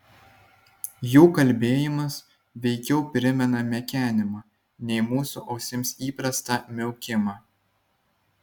jų kalbėjimas veikiau primena mekenimą nei mūsų ausims įprastą miaukimą